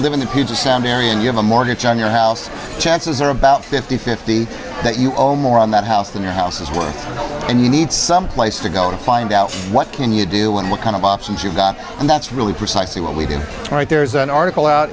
puget sound area and you have a mortgage on your house chances are about fifty fifty that you owe more on that house than your house is worth and you need some place to go to find out what can you do and what kind of options you've got and that's really precisely what we did right there's an article out